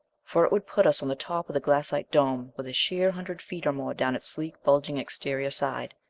for it would put us on the top of the glassite dome, with a sheer hundred feet or more down its sleek bulging exterior side,